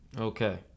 Okay